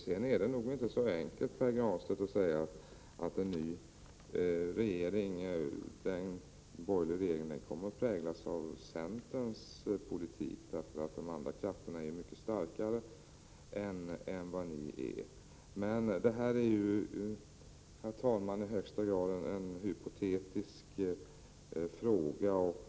Det är nog inte så enkelt, Pär Granstedt, att man kan säga att en ny borgerlig regering kommer att präglas av centerns politik. De andra krafterna är mycket starkare än ni är. Men detta är, herr talman, en i högsta grad hypotetisk fråga.